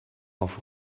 auf